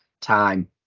time